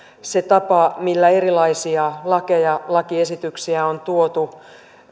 se tapa millä erilaisia lakeja lakiesityksiä on tuotu